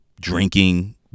Drinking